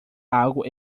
algo